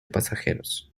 pasajeros